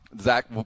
Zach